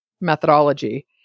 methodology